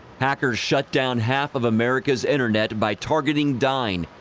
hackers shut down half of america's internet by targeting dyne,